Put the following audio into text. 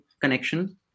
connection